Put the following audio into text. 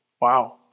Wow